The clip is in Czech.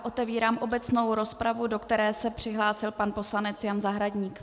Otevírám obecnou rozpravu, do které se přihlásil pan poslanec Jan Zahradník.